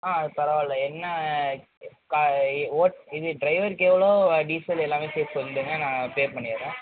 ஆ அது பரவாயில்ல என்ன இது ட்ரைவருக்கு எவ்வளோ டீசல் எல்லாமே சேர்த்து சொல்லிடுங்க நான் பே பண்ணிடுறேன்